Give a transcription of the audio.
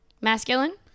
Masculine